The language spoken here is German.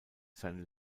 seine